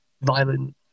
violent